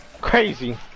Crazy